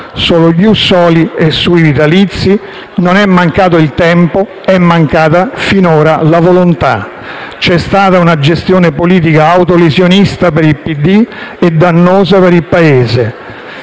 Sullo *ius* *soli* e sui vitalizi non è mancato il tempo: è mancata finora la volontà. C'è stata una gestione politica autolesionista per il Partito Democratico e dannosa per il Paese.